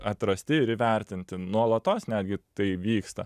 atrasti ir įvertinti nuolatos netgi tai vyksta